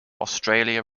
australia